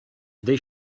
they